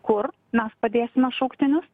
kur mes padėsime šauktinius